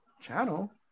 channel